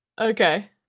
Okay